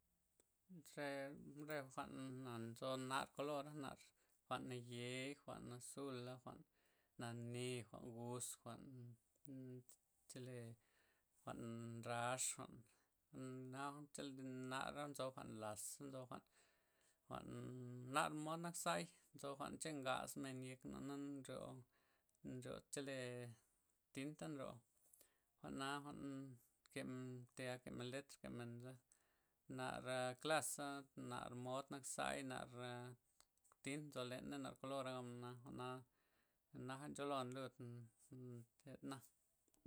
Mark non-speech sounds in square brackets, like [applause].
Re re jwa'n na' nzo nar kolora' nar jwa'n nayei, jwa'n azula', jwa'n nane', jwa'n gus, jwa'n [hesitation] chole jwa'n ndrax jwa'n [hesitation] nara' nzo jwa'n lass, nzo jwa'n, jwan nar mod nak zay nzo chee ngax men yekna' na nryo nchele tinta' nryo jwa'na, jwa'n thal kemen let, kemenza, nar klaza nar mod nak zay, nar tint nzo lenei' nar kolora' gabmen jwa'na jwa'ja ncho lon lud mtedna'.